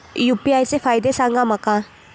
UPI चे फायदे सांगा माका?